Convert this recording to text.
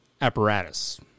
apparatus